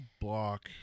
block